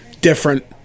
Different